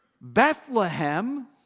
Bethlehem